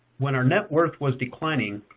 when our net worth was declining,